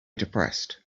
depressed